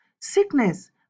sickness